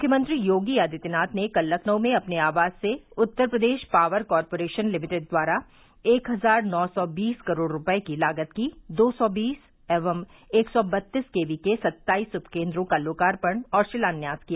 मुख्यमंत्री योगी आदित्यनाथ ने कल लखनऊ में अपने आवास से Uttar Pradesh power corporation limited द्वारा एक हजार नौ सौ बीस करोड़ रूपये की लागत के दो सौ बीस एवं एक सौ बत्तीस के वी के सत्ताइस उपकेन्द्रों का लोकार्पण और शिलान्यास किया